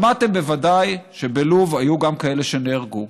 שמעתם בוודאי שבלוב היו גם כאלה שנהרגו.